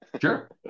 Sure